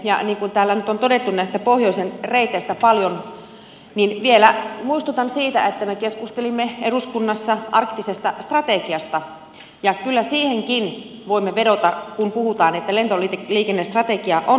niin kuin täällä nyt on todettu näistä pohjoisen reiteistä paljon niin vielä muistutan siitä että me keskustelimme eduskunnassa arktisesta strategiasta ja kyllä siihenkin voimme vedota kun puhutaan että lentoliikennestrategia on päivitettävä